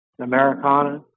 Americana